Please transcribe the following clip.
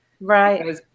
right